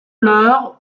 leur